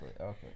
Okay